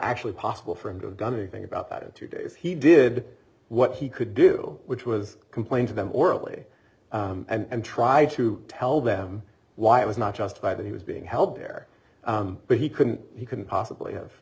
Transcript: actually possible for him to have done anything about it two days he did what he could do which was complain to them orally and try to tell them why it was not just by that he was being held there but he couldn't he couldn't possibly have